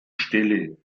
stelle